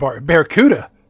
barracuda